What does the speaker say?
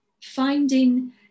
finding